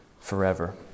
forever